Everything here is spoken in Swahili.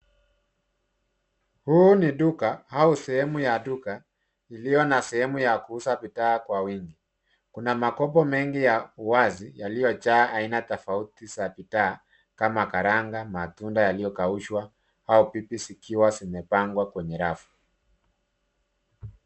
Huu ni duka au sehemu ya duka iliyo na sehemu ya kuuza bidhaa kwa wingi. Kuna makopo mengi ya wazi yaliyojaa aina tofauti za bidhaa kama karanga, matunda yaliyokaushwa au pipi zikiwa zimepangwa kwenye rafu.